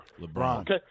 LeBron